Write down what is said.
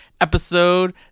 episode